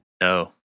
No